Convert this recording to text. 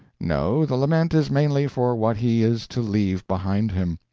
no, the lament is mainly for what he is to leave behind him.